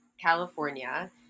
California